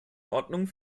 ordnung